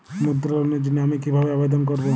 মুদ্রা লোনের জন্য আমি কিভাবে আবেদন করবো?